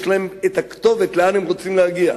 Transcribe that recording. יש להם הכתובת לאן הם רוצים להגיע,